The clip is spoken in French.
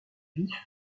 vif